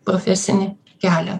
profesinį kelią